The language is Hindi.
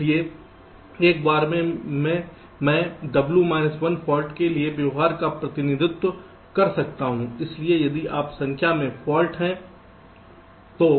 इसलिए एक बार में मैं W माइनस 1 फाल्ट के लिए व्यवहार का प्रतिनिधित्व कर सकता हूं